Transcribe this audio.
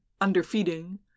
underfeeding